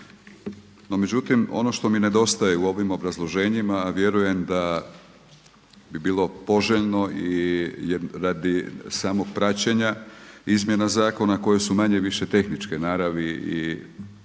No međutim, ono što mi nedostaje u ovim obrazloženjima, a vjerujem da bi bilo poželjno radi samog praćenja izmjena zakona koje su manje-više tehničke naravi i